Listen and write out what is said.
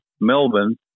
Melbourne